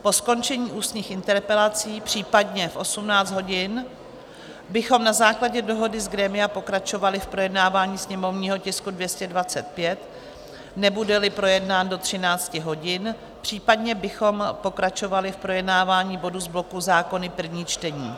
Po skončení ústních interpelací, případně v 18 hodin, bychom na základě dohody z grémia pokračovali v projednávání sněmovního tisku 225, nebudeli projednán do 13 hodin, případně bychom pokračovali v projednávání bodů z bloku Zákony první čtení.